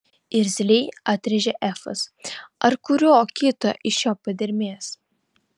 irzliai atrėžė efas ar kurio kito iš jo padermės